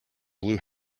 blue